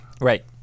Right